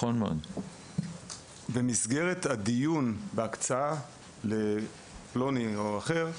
במסגרת הדיון בהקצאה לפלוני או לאחר,